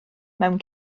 mewn